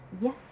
Yes